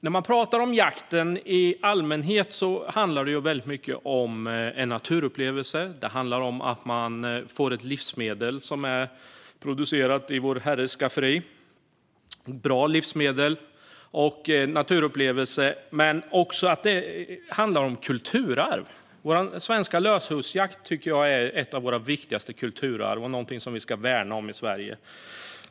När man talar om jakt i allmänhet handlar det mycket om att det är en naturupplevelse. Det handlar om att man får ett bra livsmedel som är producerat i vår herres skafferi och om att jakten är en naturupplevelse. Men det är också ett kulturarv. Jag tycker att vår svenska löshundsjakt är ett av våra viktigaste kulturarv och något vi ska värna i Sverige.